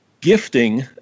gifting